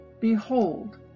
Behold